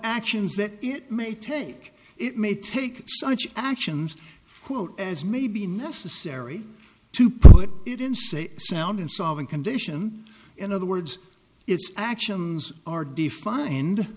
actions that it may take it may take such actions quote as may be necessary to put it in such a sound in solving condition in other words its actions are defined